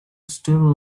still